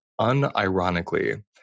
unironically